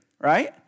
right